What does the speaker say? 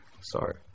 Sorry